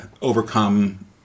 overcome